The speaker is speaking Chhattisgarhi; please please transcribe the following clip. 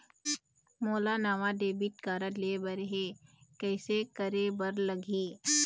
मोला नावा डेबिट कारड लेबर हे, कइसे करे बर लगही?